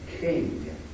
king